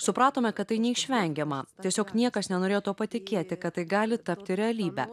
supratome kad tai neišvengiama tiesiog niekas nenorėjo tuo patikėti kad tai gali tapti realybe